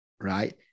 right